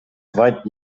weit